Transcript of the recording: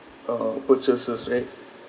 uh purchases right